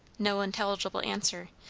no intelligible answer.